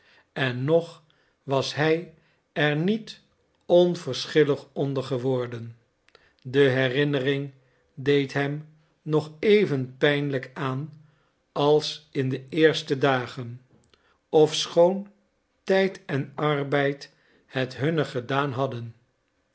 en nog was hij er niet onverschillig onder geworden de herinnering deed hem nog even pijnlijk aan als in de eerste dagen ofschoon tijd en arbeid het hunne gedaan hadden